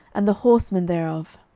and the horsemen thereof.